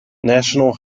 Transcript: national